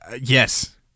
Yes